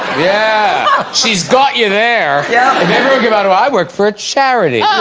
yeah, she's got you there yeah never give out i work for a charity